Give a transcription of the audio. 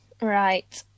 Right